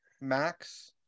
Max